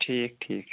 ٹھیٖک ٹھیٖک چھُ